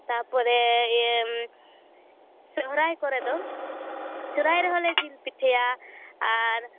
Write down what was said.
ᱛᱟᱯᱚᱨᱮ ᱤᱭᱟᱹ ᱥᱚᱨᱦᱟᱭ ᱠᱚᱨᱮ ᱫᱚ ᱥᱚᱨᱦᱟᱭ ᱨᱮᱦᱚᱞᱮ ᱡᱤᱞ ᱯᱤᱴᱷᱟᱹᱭᱟ ᱟᱨ